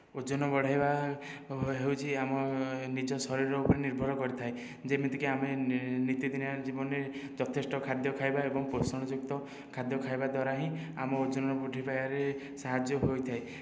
ଓଜନ ବଢ଼ାଇବା ହେଉଛି ଆମ ନିଜ ଶରୀର ଉପରେ ନିର୍ଭର କରିଥାଏ ଯେମିତିକି ଆମେ ନିତିଦିନିଆ ଜୀବନରେ ଯଥେଷ୍ଟ ଖାଦ୍ୟ ଖାଇବା ଏବଂ ପୋଷଣଯୁକ୍ତ ଖାଦ୍ୟ ଖାଇବା ଦ୍ୱାରା ହିଁ ଆମ ଓଜନର ବୃଦ୍ଧି ପାଇବାରେ ସାହାଯ୍ୟ ହୋଇଥାଏ